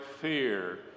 fear